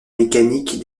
mécanique